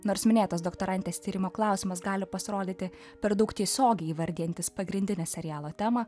nors minėtas doktorantės tyrimo klausimas gali pasirodyti per daug tiesiogiai įvardijantis pagrindinę serialo temą